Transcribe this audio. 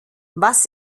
was